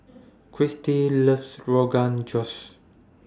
Krystin loves Rogan Josh